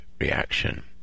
reaction